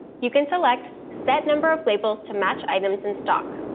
you can select set number of labels to match items in stock.